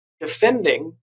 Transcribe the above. defending